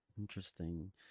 interesting